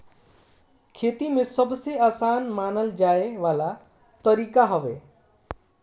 खेती में सबसे आसान मानल जाए वाला तरीका हवे